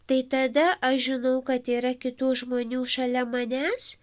tai tada aš žinau kad yra kitų žmonių šalia manęs